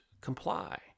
comply